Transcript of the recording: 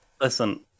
Listen